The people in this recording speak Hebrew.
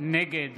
נגד